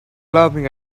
laughing